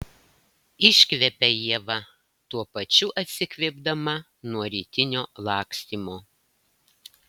iškvepia ieva tuo pačiu atsikvėpdama nuo rytinio lakstymo